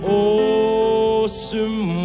awesome